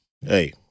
hey